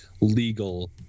legal